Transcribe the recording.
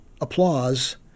applause